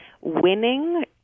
Winning